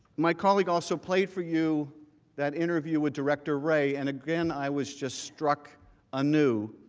my colleague also played for you that interview with director ray, and again, i was just struck a new,